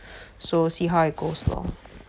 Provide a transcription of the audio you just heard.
so see how it goes lor